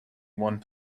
one